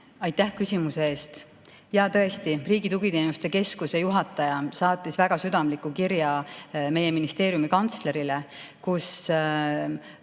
Aitäh küsimuse eest! Jaa, tõesti, Riigi Tugiteenuste Keskuse juhataja saatis väga südamliku kirja meie ministeeriumi kantslerile, kus